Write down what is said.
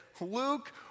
Luke